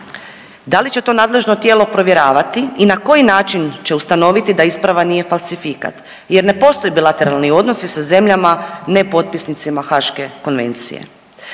da li će to nadležno tijelo provjeravati i na koji način će ustanoviti da isprava nije falsifikat jer ne postoje bilateralni odnosi sa zemljama nepotpisnicima Haške konvencije.